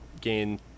gain